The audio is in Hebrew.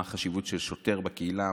מה החשיבות של שוטר בקהילה,